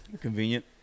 Convenient